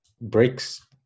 breaks